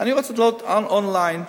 אני רוצה לראות, און-ליין,